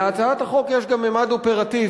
להצעת החוק הזאת יש גם ממד אופרטיבי.